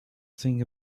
think